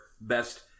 Best